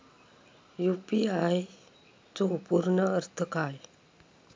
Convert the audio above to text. UPI चो पूर्ण अर्थ काय?